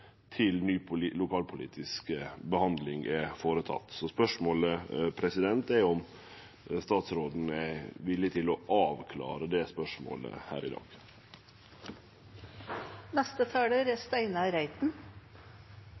til ei ny lokalpolitisk behandling er gjord. Spørsmålet er om statsråden er villig til å avklare det spørsmålet her i